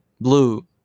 blue